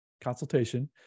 consultation